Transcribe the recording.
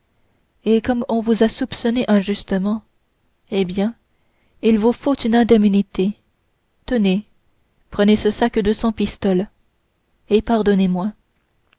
et comme on vous a soupçonné injustement eh bien il vous faut une indemnité tenez prenez ce sac de cent pistoles et pardonnez-moi